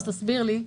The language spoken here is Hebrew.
תסביר לי.